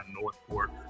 Northport